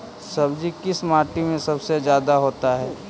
सब्जी किस माटी में सबसे ज्यादा होता है?